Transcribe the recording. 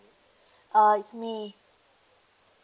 uh it's me